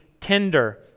tender